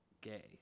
gay